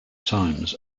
times